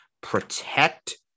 Protect